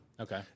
Okay